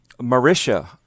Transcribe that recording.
Marisha